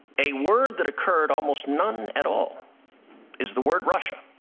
a word that occurred almost not at all is the word russia.